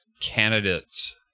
candidates